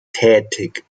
tätig